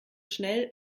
schnell